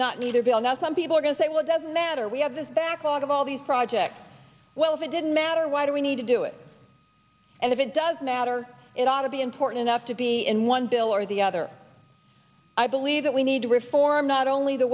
a bill now some people are going to say well doesn't matter we have this backlog of all these projects well if it didn't matter why do we need to do it and if it does matter it ought to be important enough to be in one bill or the other i believe that we need to reform not only the